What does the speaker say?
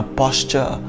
posture